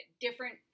different